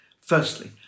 Firstly